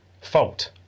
fault